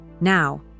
Now